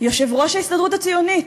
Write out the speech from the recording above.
יושב-ראש ההסתדרות הציונית,